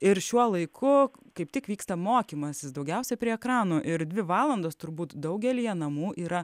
ir šiuo laiku kaip tik vyksta mokymasis daugiausia prie ekranų ir dvi valandos turbūt daugelyje namų yra